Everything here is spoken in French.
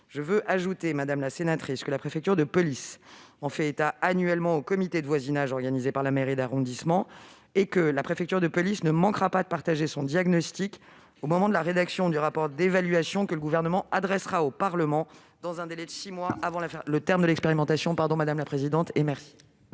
de drogues. J'ajoute que la préfecture de police en fait état annuellement au comité de voisinage organisé par la mairie d'arrondissement. Elle ne manquera pas de partager son diagnostic au moment de la rédaction du rapport d'évaluation que le Gouvernement adressera au Parlement dans un délai de six mois avant le terme de l'expérimentation.